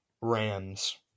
Rams